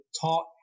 taught